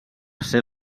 ser